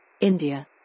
India